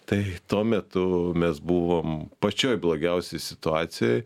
tai tuo metu mes buvom pačioj blogiausioj situacijoj